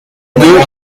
deux